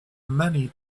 many